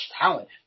talent